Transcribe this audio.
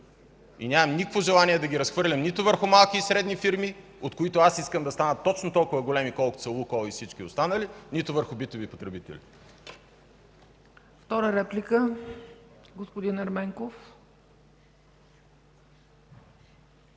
Нямам никакво желание да ги разхвърлям нито върху малки и средни фирми, от които искам да станат точно толкова големи, колкото са Лукойл и всички останали, нито върху битови потребители.